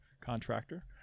contractor